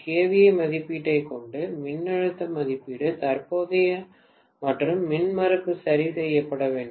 kVA மதிப்பீட்டைக் கொண்டு மின்னழுத்த மதிப்பீடு தற்போதைய மற்றும் மின்மறுப்பு சரி செய்யப்பட வேண்டும்